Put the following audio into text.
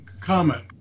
comment